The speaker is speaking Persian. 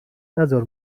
نزار